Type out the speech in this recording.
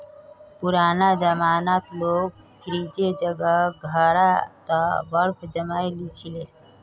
पुराना जमानात लोग फ्रिजेर जगह घड़ा त बर्फ जमइ ली छि ले